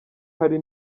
hari